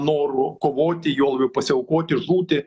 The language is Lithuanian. noru kovoti juo labiau pasiaukoti žūti